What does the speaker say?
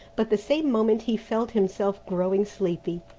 but the same moment he felt himself growing sleepy.